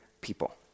people